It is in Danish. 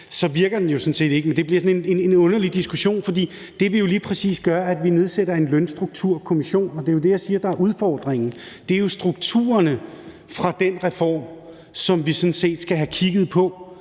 så virker den jo sådan set ikke. Men det bliver en underlig diskussion, for det, vi lige præcis gør, er, at vi nedsætter en lønstrukturkomité, og det er jo det, jeg siger er udfordringen, nemlig strukturerne fra den reform, som vi sådan set skal have kigget på.